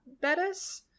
Bettis